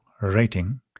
rating